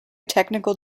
technical